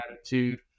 attitude